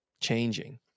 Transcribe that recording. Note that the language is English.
changing